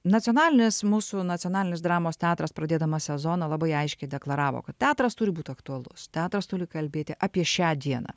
nacionalinis mūsų nacionalinis dramos teatras pradėdamas sezoną labai aiškiai deklaravo kad teatras turi būt aktualus teatras turi kalbėti apie šią dieną